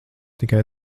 tikai